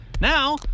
Now